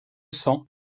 cents